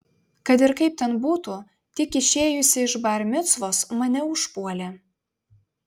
kad ir kaip ten būtų tik išėjusį iš bar micvos mane užpuolė